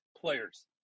players